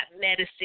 medicine